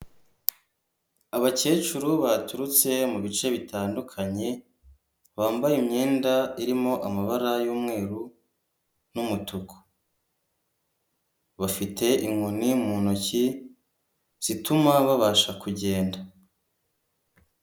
Abakecuru baturutse mu bice bitandukanye, bambaye imyenda irimo amabara y'umweru n'umutuku, bafite inkoni mu ntoki zituma babasha kugenda.